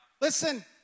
Listen